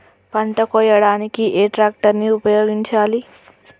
పంట కోయడానికి ఏ ట్రాక్టర్ ని ఉపయోగించాలి?